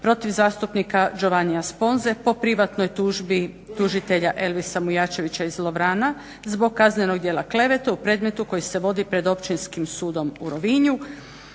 protiv zastupnika Giovannia Sponze po privatnoj tužbi tužitelja Elvisa Mujačevića iz Lovrana zbog kaznenog djela klevete u predmetu koji se vodi pred Općinskim sudom u Rovinju.